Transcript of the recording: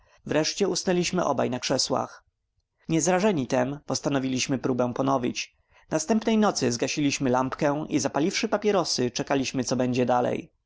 wreszcie usnęliśmy obaj na krzesłach niezrażeni tem postanowiliśmy próbę ponowić następnej nocy zgasiliśmy lampkę i zapaliwszy papierosy czekaliśmy co będzie dalej